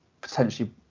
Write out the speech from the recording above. potentially